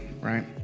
right